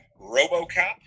RoboCop